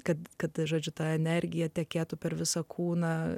kad kad žodžiu ta energija tekėtų per visą kūną